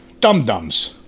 dum-dums